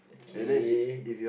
okay